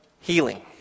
healing